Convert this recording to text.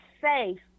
safe